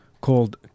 called